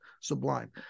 sublime